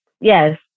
Yes